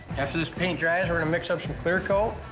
after this paint dries, we're gonna mix up some clear coat